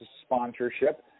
sponsorship